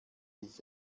ich